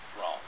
wrong